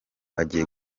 agiye